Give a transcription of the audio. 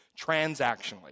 transactionally